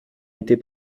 été